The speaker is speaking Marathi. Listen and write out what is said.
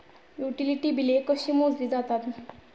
युटिलिटी बिले कशी मोजली जातात?